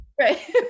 Right